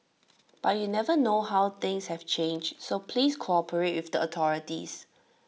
but you never know how things have changed so please cooperate with the authorities